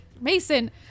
mason